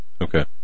Okay